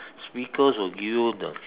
speakers will give you the